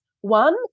One